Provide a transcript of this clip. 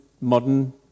modern